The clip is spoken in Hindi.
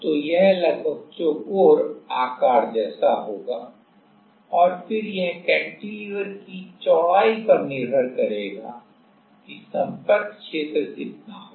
तो यह लगभग चौकोर आकार जैसा होगा और फिर यह कैंटिलीवर की चौड़ाई पर निर्भर करेगा कि संपर्क क्षेत्र कितना होगा